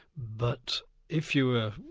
but if you were,